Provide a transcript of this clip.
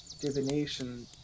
divination